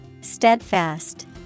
Steadfast